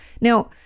Now